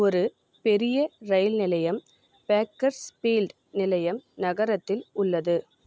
ஒரு பெரிய ரயில் நிலையம் பேக்கர்ஸ்ஃபீல்ட் நிலையம் நகரத்தில் உள்ளது